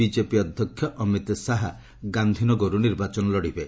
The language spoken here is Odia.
ବିକେପି ଅଧ୍ୟକ୍ଷ ଅମିତ୍ ଶାହା ଗାନ୍ଧିନଗରରୁ ନିର୍ବାଚନ ଲଢ଼ିବେ